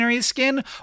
skin